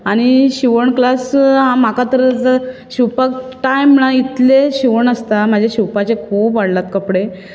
आनी शिवण क्लास म्हाका तर शिवपाक टायम ना इतले शिवण आसता म्हाजे शिवपाचे खूब वाडलात कपडें